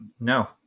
no